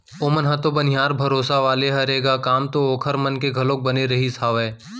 ओमन ह तो बनिहार भरोसा वाले हरे ग काम तो ओखर मन के घलोक बने रहिस हावय